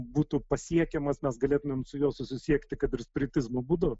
būtų pasiekiamas mes galėtumėm su juo susisiekti kaip ir spiritizmo būdu